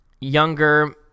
younger